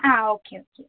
ആ okay okay